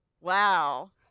Wow